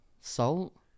Salt